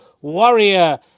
Warrior